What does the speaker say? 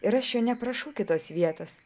ir aš jo neprašau kitos vietos